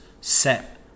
set